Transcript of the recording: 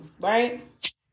right